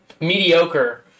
mediocre